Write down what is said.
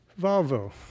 Volvo